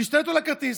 להשתלט לו אל הכרטיס.